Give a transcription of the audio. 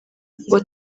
ngo